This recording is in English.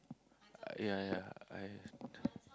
yeah yeah I don't